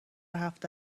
هفته